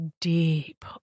deep